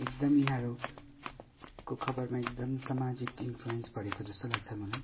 एकदम यिनीहरूको खबरमा एकदम सामाजिक इन्फ्लुएन्स परेको जस्तो लाग्छ मलाई